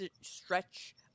stretch